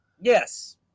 Yes